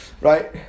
right